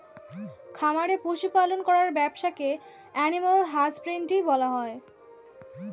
খামারে পশু পালন করার ব্যবসাকে অ্যানিমাল হাজবেন্ড্রী বলা হয়